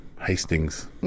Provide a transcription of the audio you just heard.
Hastings